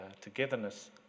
togetherness